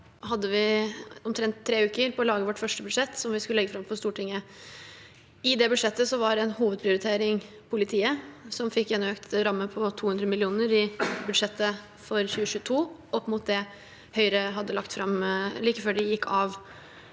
hadde vi omtrent tre uker på å lage vårt første budsjett som vi skulle legge fram for Stortinget. I det budsjettet var en hovedprioritering politiet, som fikk en økt ramme på 200 mill. kr i budsjettet for 2022 opp mot det Høyre hadde lagt fram like før de gikk av.